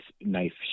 knife